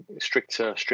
stricter